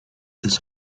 this